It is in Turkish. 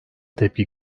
tepki